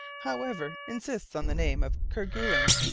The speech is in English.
however, insists on the name of kerguelen,